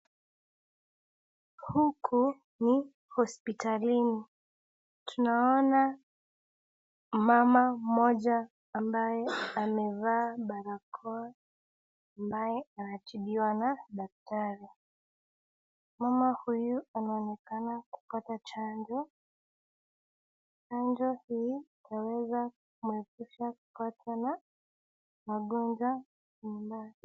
Huku ni hospitalini tunaona mama moja ambaye amefaa barakoa ambaye anaajiliwa daktari, mama huyu anaonekana kupata chanjo chanjo hii inazui kupatwa na ugonjwa.